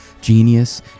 genius